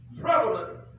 prevalent